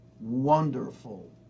wonderful